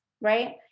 right